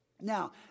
Now